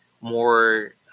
more